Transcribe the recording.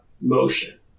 motion